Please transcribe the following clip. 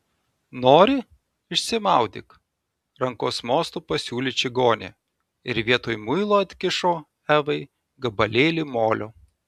nori išsimaudyk rankos mostu pasiūlė čigonė ir vietoj muilo atkišo evai gabalėlį molio